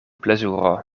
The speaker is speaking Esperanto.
plezuro